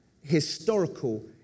historical